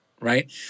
right